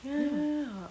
ya ya ya